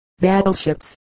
battleships